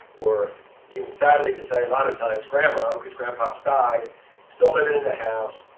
or even, sadly to say, a lot of times, grandmom, because grandpop's died still living in the house.